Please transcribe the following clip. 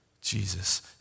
Jesus